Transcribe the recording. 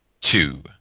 two